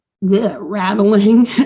rattling